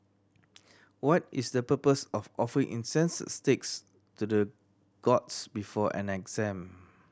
what is the purpose of offering incense sticks to the gods before an exam